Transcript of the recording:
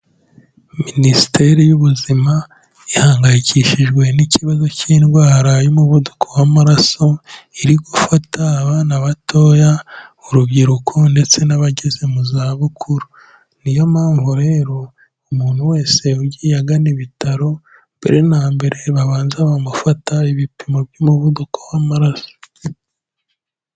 Minisiteri y'ubuzima ihangayikishijwe n'ikibazo cy'indwara y'umuvuduko w'amaraso iri gufata abana batoya, urubyiruko ndetse n'abageze mu zabukur. Niyo mpamvu rero umuntu wese ugiye agana ibitaro mbere na mbere babanza bamufata ibipimo by'umuvuduko w'amaraso.